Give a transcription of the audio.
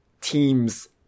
teams